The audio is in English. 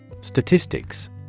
Statistics